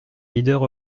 leaders